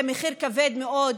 זה מחיר כבד מאוד,